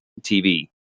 TV